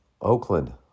Oakland